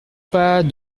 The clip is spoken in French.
pas